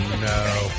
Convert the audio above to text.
No